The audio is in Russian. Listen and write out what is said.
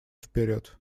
вперед